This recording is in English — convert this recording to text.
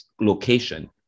location